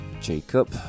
Jacob